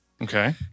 Okay